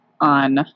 on